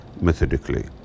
methodically